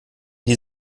die